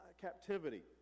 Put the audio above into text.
captivity